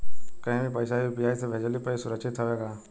कहि भी पैसा यू.पी.आई से भेजली पर ए सुरक्षित हवे का?